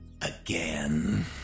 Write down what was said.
Again